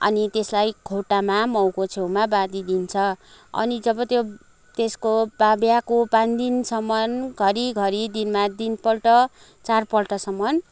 अनि त्यसलाई खुट्टामा माउको छेउमा बाँधिदिन्छ अनि जब त्यो त्यसको ब्याएको पाँच दिनसम्म घरिघरि दिनमा तिनपल्ट चारपल्टसम्म